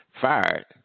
fired